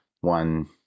one